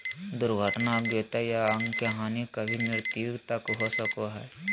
दुर्घटना अयोग्यता या अंग के हानि कभी मृत्यु तक हो सको हइ